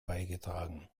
beigetragen